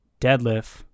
deadlift